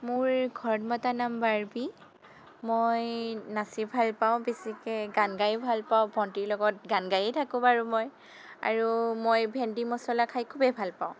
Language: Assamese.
মোৰ ঘৰত মতা নাম বাৰ্বি মই নাচি ভাল পাওঁ বেছিকে গান গাই ভাল পাওঁ ভণ্টিৰ লগত গান গাইয়ে থাকোঁ বাৰু মই আৰু মই ভেণ্ডি মছলা খাই খুবেই ভাল পাওঁ